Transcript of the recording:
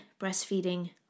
breastfeeding